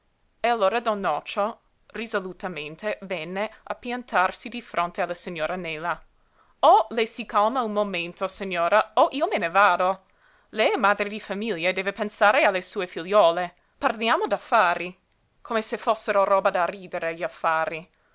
e allora don nocio risolutamente venne a piantarsi di fronte alla signora nela o lei si calma un momento signora o io me ne vado lei è madre di famiglia e deve pensare alle sue figliuole parliamo d'affari come se fossero roba da ridere gli affari